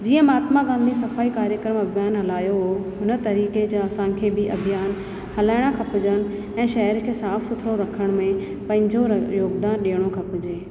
जीअं मात्मागांधी सफ़ाई कार्यक्रम हलायो हुओ हुन तरीक़े जा असांखे बि अभीयान हलाइण खपिजनि ऐं शहर खे साफु सुथिरो रखण में पंहिंजो योगदान ॾियणो खपजे